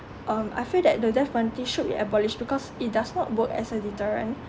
um I feel that the death penalty should be abolished because it does not work as a deterrent